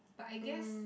but I guess